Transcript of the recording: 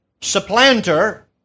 supplanter